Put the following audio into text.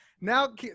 now